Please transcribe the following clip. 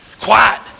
Quiet